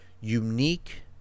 unique